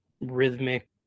rhythmic